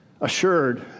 assured